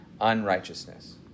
unrighteousness